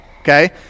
okay